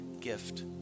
gift